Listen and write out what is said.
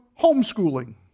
homeschooling